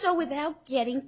so without getting